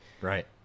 Right